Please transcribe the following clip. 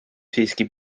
siiski